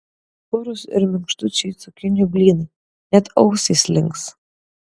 purūs ir minkštučiai cukinijų blynai net ausys links